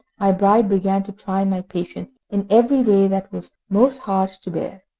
my bride began to try my patience in every way that was most hard to bear.